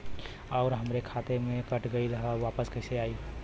आऊर हमरे खाते से कट गैल ह वापस कैसे आई?